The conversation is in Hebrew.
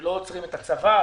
לא עוצרים את הצבא,